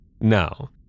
now